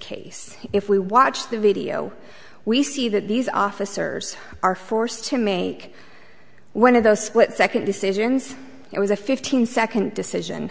case if we watch the video we see that these officers are forced to make one of those split second decisions it was a fifteen second decision